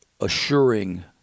assuring